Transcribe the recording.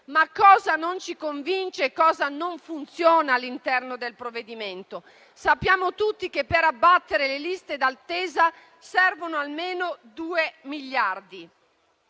Cosa non ci convince e cosa non funziona all'interno del provvedimento? Sappiamo tutti che per abbattere le liste d'attesa servono almeno due miliardi,